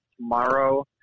tomorrow